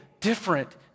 different